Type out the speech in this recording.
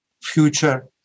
future